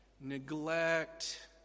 neglect